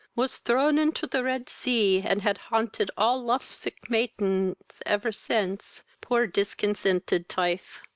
was thrown into the red sea, and had haunted all lof-sick maidens ever since, poor discontented tifel!